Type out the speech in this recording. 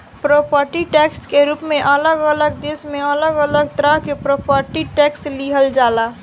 property tax के रूप में अलग अलग देश में अलग अलग तरह से प्रॉपर्टी टैक्स लिहल जाला